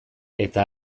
eta